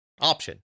option